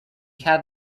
had